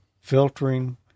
filtering